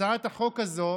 הצעת החוק הזאת